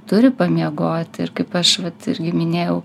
turi pamiegot ir kaip aš vat irgi minėjau